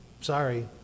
Sorry